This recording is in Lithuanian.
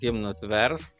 himnus verst